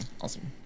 awesome